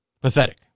Pathetic